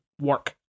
work